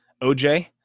OJ